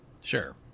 Sure